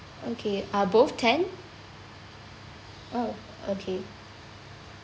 okay are both ten oh okay